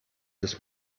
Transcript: des